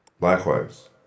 Likewise